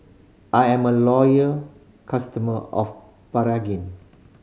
I'm a loyal customer of Pregain